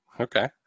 Okay